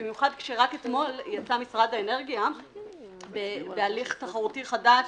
במיוחד שרק אתמול יצא משרד האנרגיה בהליך תחרותי חדש,